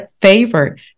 favorite